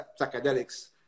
psychedelics